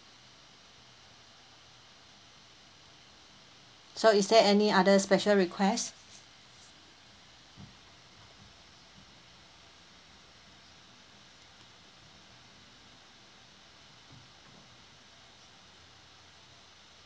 so is there any other special requests